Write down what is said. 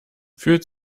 fühlt